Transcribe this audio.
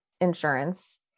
insurance